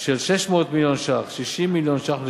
של 600 מיליון ש"ח, 60 מיליון ש"ח לשנה.